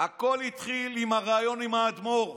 הכול התחיל בריאיון עם האדמו"ר.